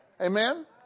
Amen